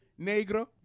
negro